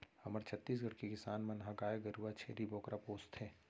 हमर छत्तीसगढ़ के किसान मन ह गाय गरूवा, छेरी बोकरा पोसथें